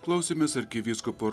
klausėmės arkivyskupo